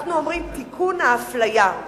אנחנו אומרים: "תיקון האפליה".